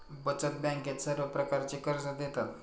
बचत बँकेत सर्व प्रकारची कर्जे देतात